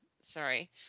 sorry